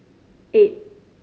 eight